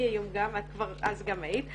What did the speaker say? את היית גם אז ואני היום,